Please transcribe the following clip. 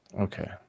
Okay